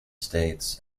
states